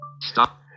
Stop